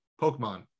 pokemon